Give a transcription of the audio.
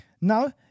Now